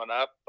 up